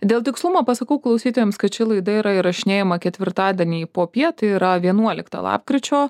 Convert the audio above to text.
dėl tikslumo pasakau klausytojams kad ši laida yra įrašinėjama ketvirtadienį popiet tai yra vienuoliktą lapkričio